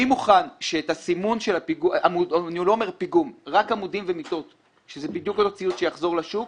אני מוכן שאת סימון העמודים והמיטות שזה הציוד שיחזור לשוק